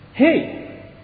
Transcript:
hey